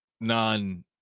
non